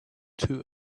too